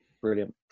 Brilliant